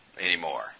anymore